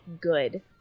good